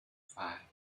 five